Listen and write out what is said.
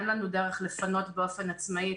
אין לנו דרך לפנות באופן עצמאי.